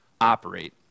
operate